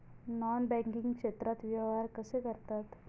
Non banking क्षेत्रात व्यवहार कसे करतात?